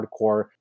hardcore